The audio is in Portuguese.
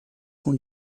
com